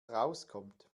rauskommt